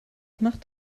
macht